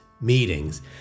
meetings